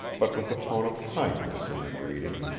but with a tone of kindness in her greeting.